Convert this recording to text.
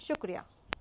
شکریہ